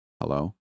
Hello